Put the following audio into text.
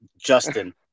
Justin